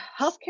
healthcare